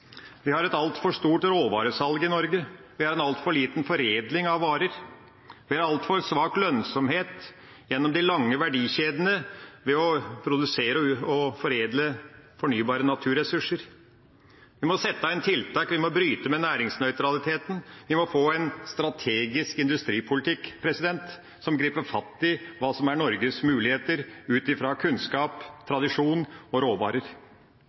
Vi har et altfor stort råvaresalg i Norge, vi har altfor lite foredling av varer, vi har altfor svak lønnsomhet gjennom de lange verdikjedene ved å produsere og foredle fornybare naturressurser. Vi må sette inn tiltak, vi må bryte med næringsnøytraliteten, vi må få en strategisk industripolitikk som griper fatt i hva som er Norges muligheter ut fra kunnskap, tradisjon og råvarer.